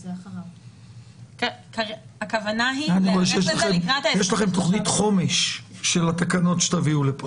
אני רואה שיש לכם תכנית חומש של התקנות שתביאו לכאן.